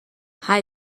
هشت